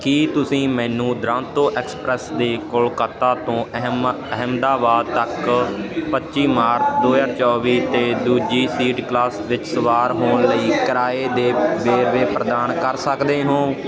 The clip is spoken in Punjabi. ਕੀ ਤੁਸੀਂ ਮੈਨੂੰ ਦਰਾਂਤੋ ਐਕਸਪ੍ਰੈਸ ਦੇ ਕੋਲਕਾਤਾ ਤੋਂ ਅਹਿਮ ਅਹਿਮਦਾਬਾਦ ਤੱਕ ਪੱਚੀ ਮਾਰਚ ਦੋ ਹਜ਼ਾਰ ਚੌਵੀ ਅਤੇ ਦੂਜੀ ਸੀਟ ਕਲਾਸ ਵਿੱਚ ਸਵਾਰ ਹੋਣ ਲਈ ਕਿਰਾਏ ਦੇ ਵੇਰਵੇ ਪ੍ਰਦਾਨ ਕਰ ਸਕਦੇ ਹੋ